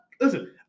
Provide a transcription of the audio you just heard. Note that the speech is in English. Listen